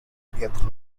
vietnam